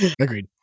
agreed